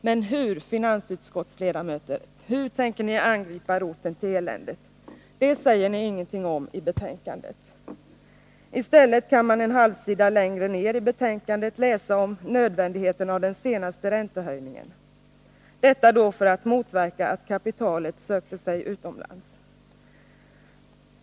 Men hur, finansutskottsledamöter, tänker ni angripa roten till eländet? Det säger ni ingenting om i betänkandet. I stället kan man en halvsida längre ned läsa om nödvändigheten av den senaste räntehöjningen för att motverka att kapitalet sökte sig utomlands.